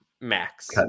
max